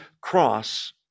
cross